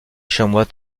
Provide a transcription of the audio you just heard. chamois